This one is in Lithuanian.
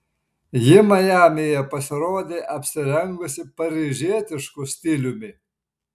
ji majamyje pasirodė apsirengusi paryžietišku stiliumi